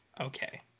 okay